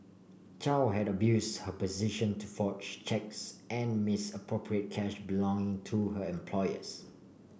Chow had abuse her position to forge cheques and misappropriate cash belonging to her employers